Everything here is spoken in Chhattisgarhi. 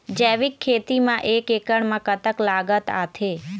जैविक खेती म एक एकड़ म कतक लागत आथे?